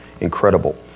incredible